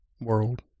world